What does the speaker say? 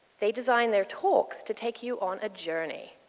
they designed their talks to take you on a journey,